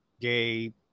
gay